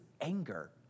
anger